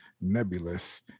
nebulous